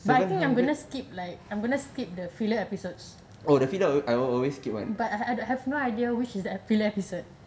but I think I'm gonna skip like I'm going to skip the filler episodes but I have no idea which is the filler episode